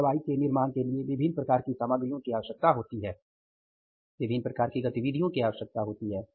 एक दवाई के निर्माण के लिए विभिन्न प्रकार की सामग्रियों की आवश्यकता होती है विभिन्न प्रकार की गतिविधियों की आवश्यकता होती है